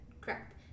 crap